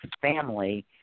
family